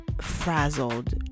frazzled